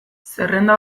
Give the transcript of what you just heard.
zerrenda